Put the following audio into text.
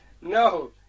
no